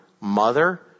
mother